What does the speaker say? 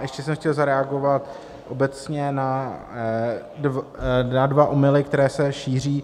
Ještě jsem chtěl zareagovat obecně na dva omyly, které se šíří.